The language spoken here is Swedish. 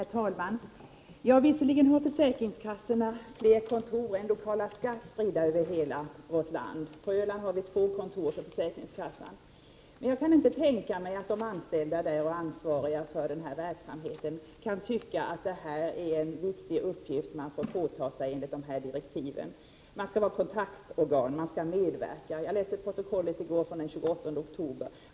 Herr talman! Visserligen har försäkringskassorna fler kontor än lokala skattemyndigheterna spridda över hela vårt land. På Öland har vi två kontor för försäkringskassan. Men jag kan inte tänka mig att de som är anställda där och ansvariga för den här verksamheten kan tycka att detta är en viktig uppgift som man får åta sig enligt de här direktiven. Man skall vara kontaktorgan, man skall medverka. Jag läste i går protokollet från den 28 oktober.